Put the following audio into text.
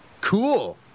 Cool